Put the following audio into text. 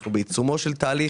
אנחנו בעיצומו של תהליך,